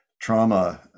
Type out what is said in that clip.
trauma